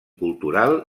cultural